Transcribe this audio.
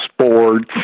sports